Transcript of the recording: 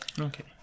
Okay